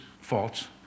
faults